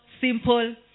simple